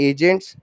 Agents